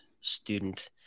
student